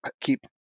keep